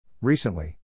Recently